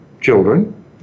children